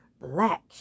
Black